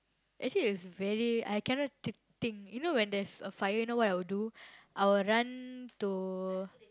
actually is very I cannot th~ think you know when there's a fire you know what I'll do I will run to